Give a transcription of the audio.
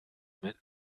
mit